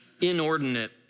inordinate